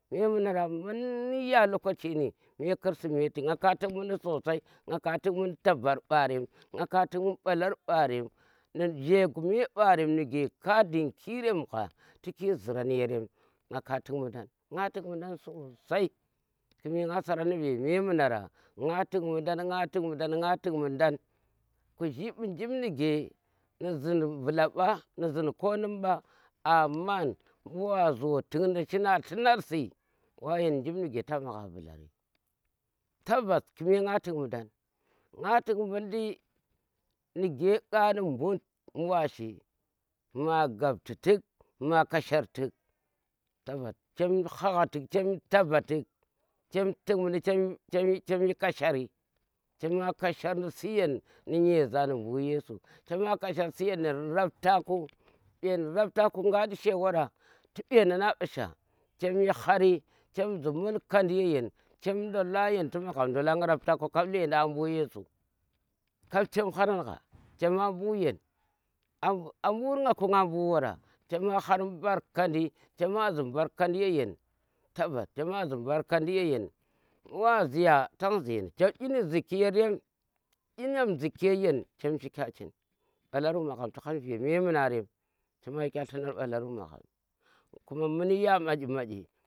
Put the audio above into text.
Memunare muun ya lokaci ni me kirsimeti nna ka tik muundi sosai, nna ka tik muundi babar mɓarem, nna ka tik mun ɓalar mɓaren ni me mɓarem ni ge ka ding ki rem nga tiki ziiranya rem nga tik mundan, nga ka tik mundan sosai ki me ma saa ran ve memunara nga tik mundan, nga tik mundan, kujhi, ɓu jiim nige ni ziin bulaɓa ni ziin konim ɓa amman mɓu wa zo tik nu shi na tlunar si, wa yen ni jiim nige ta magha bularan. Tabbas ki me nga tik mundan, nga tik mundi nige ƙandi mut bu wa shi nga gabti tik ma kashaar tik, chaam hogha tik chaam taba tik, chem munɗi, chem, chem, cham, yi kashari chema ma kashar nu siyen ni nyeza ni ɓuri yesu, chama kashar siyan ni ɓuri yesu, chema kashar siyan ni rapta ku, mbeni raptaku nga ɗi she wara tu ɓenan a ɓa sha, cham yi hari chem ziim muun kandi ya ye cham ndola yen tu magham ndola nga rapta ku kap lendang a mbu yesu kap chem harangha chema mbu yen a mburi nga ku nga ma nga mbu wara chema har mbarkandi, chema zhii mbarkandi ye yen tabbas chema zhii mbarkandi ye yen mbu waa ziya tan zenda chem ini ziki yerem dyi nyem zi ye yen chem shika chin mbalar mbu magham chem shika chin chema shika llunar mbalar mbu magham kuma munya maki maki.